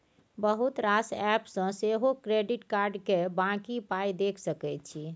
बहुत रास एप्प सँ सेहो क्रेडिट कार्ड केर बाँकी पाइ देखि सकै छी